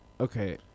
Okay